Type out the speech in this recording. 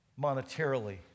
monetarily